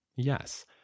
Yes